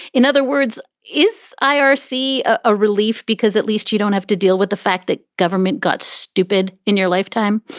in other words, is i r s. a relief because at least you don't have to deal with the fact that government got stupid in your lifetime?